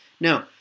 Now